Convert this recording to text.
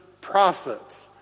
prophets